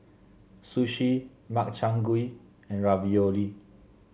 Sushi Makchang Gui and Ravioli